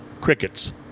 crickets